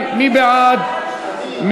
בעד יריב לוין,